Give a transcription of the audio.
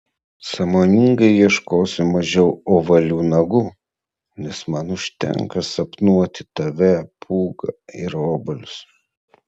sąmoningai ieškosiu mažiau ovalių nagų nes man užtenka sapnuoti tave pūgą ir obuolius